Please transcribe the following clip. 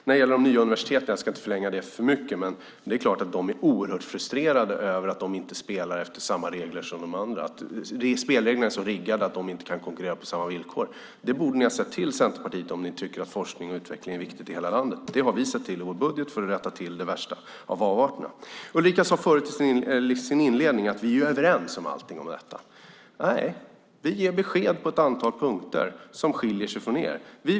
När det gäller de nya universiteten ska jag inte förlänga debatten för mycket, men det är klart att de är oerhört frustrerade över att de inte spelar efter samma regler som de andra. Spelreglerna är så riggade att de inte kan konkurrera på samma villkor. Det här borde ni i Centerpartiet ha åtgärdat om ni tycker att det är viktigt med forskning och utveckling i hela landet. Det har vi sett till i vår budget för att rätta till de värsta avarterna. Ulrika sade förut i sin inledning att vi är överens om allting i detta. Nej, vi ger besked på ett antal punkter som skiljer sig från era.